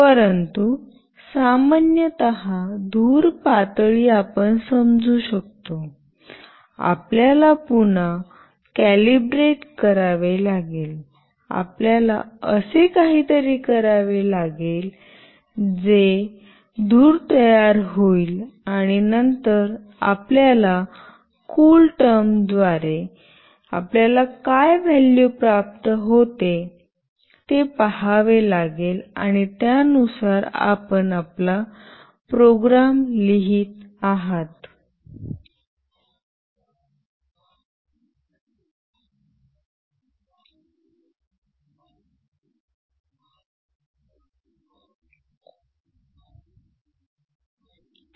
परंतु सामान्यत धूर पातळी आपण समजू शकतो आपल्याला पुन्हा कॅलिब्रेट करावे लागेल आपल्याला असे काहीतरी करावे लागेल जे धूर तयार होईल आणि नंतर आपल्याला कूलटर्मद्वारे आपल्याला काय व्हॅलू प्राप्त होते हे पहावे लागेल आणि त्यानुसार आपण आपला प्रोग्राम लिहित आहात